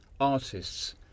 artists